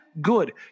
good